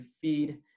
feed